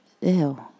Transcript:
ew